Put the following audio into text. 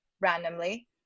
randomly